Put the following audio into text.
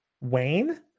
Wayne